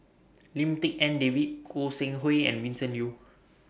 Lim Tik En David Goi Seng Hui and Vincent Leow